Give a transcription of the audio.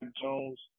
Jones